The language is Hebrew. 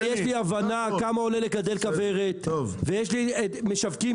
יש לי הבנה כמה עולה לגדל כוורת ויש לי משווקים,